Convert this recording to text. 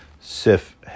Sif